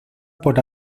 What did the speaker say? por